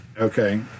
Okay